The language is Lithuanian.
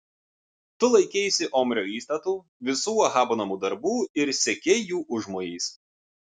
tu laikeisi omrio įstatų visų ahabo namų darbų ir sekei jų užmojais